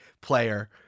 player